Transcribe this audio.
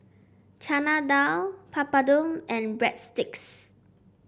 Chana Dal Papadum and Breadsticks